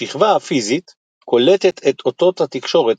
השכבה הפיזית קולטת את אותות התקשורת,